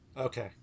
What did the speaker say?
Okay